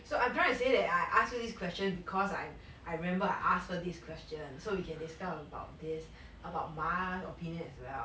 so I am trying to say that I ask you this question because I I remember I ask her this question so we can discuss about this about 妈 opinion as well